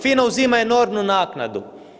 FINA uzima enormnu naknadu.